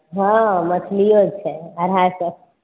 हॅं मछलियो छै अढ़ाइ सए